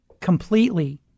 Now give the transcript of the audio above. completely